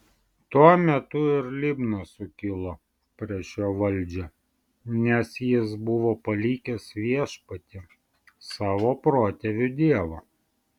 tuo metu ir libna sukilo prieš jo valdžią nes jis buvo palikęs viešpatį savo protėvių dievą